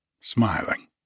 smiling